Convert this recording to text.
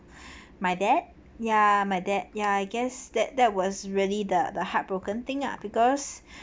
my dad ya my dad ya I guess that that was really the the heartbroken thing lah because